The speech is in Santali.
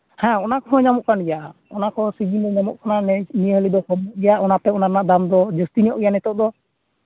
ᱦᱮᱸ ᱚᱱᱟ ᱠᱚᱦᱚᱸ ᱧᱟᱢᱚᱜ ᱠᱟᱱ ᱜᱮᱭᱟ ᱚᱱᱟᱠᱚ ᱥᱚᱵᱡᱤ ᱧᱟᱢᱚᱜ ᱠᱟᱱᱟ ᱜᱮᱭᱟ ᱚᱱᱟᱛᱮ ᱚᱱᱟ ᱨᱮᱱᱟᱜ ᱫᱟᱢ ᱫᱚ ᱡᱟᱹᱥᱛᱤ ᱧᱚᱜ ᱜᱮᱭᱟ ᱱᱤᱛᱚᱜ ᱫᱚ